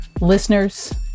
Listeners